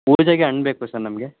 ಪೂಜೆಗೆ ಹಣ್ ಬೇಕು ಸರ್ ನಮಗೆ